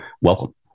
Welcome